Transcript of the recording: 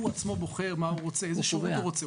הוא עצמו בוחר מה הוא רוצה, איזה שירות הוא רוצה.